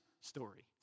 story